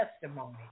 testimony